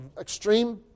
extreme